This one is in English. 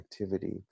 activity